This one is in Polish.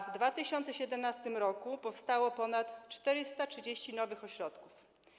W 2017 r. powstało ponad 430 nowych ośrodków.